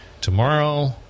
tomorrow